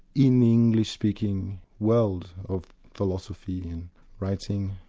in the english-speaking world of philosophy and writing,